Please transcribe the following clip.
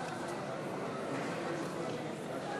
שיהיה